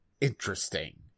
interesting